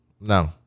No